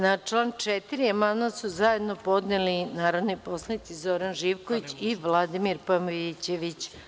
Na član 4. amandman su zajedno podneli narodni poslanici Zoran Živković i Vladimir Pavićević.